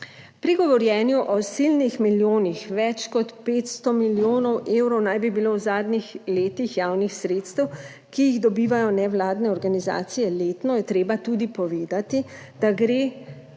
Pri govorjenju o silnih milijonih. Več kot 500 milijonov evrov naj bi bilo v zadnjih letih javnih sredstev, ki jih dobivajo nevladne organizacije letno je treba tudi povedati, da gre za